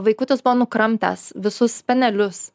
vaikutis buvo nukramtęs visus spenelius